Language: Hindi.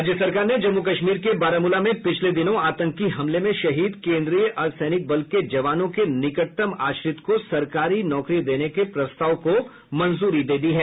राज्य सरकार ने जम्मू कश्मीर के बारामूला में पिछले दिनों आतंकी हमले में शहीद केन्द्रीय अर्द्वसैनिक बल के जवानों के निकटतम आश्रित को सरकारी नौकरी देने के प्रस्ताव को मंजूरी दे दी है